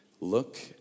look